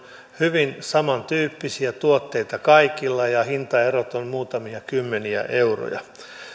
hyvin samantyyppisiä kaikilla ja hintaerot ovat muutamia kymmeniä euroja